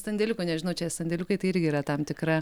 sandėliukų nežinau čia sandėliukai tai irgi yra tam tikra